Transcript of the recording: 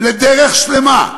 "לדרך שלמה,